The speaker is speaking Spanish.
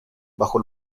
bajo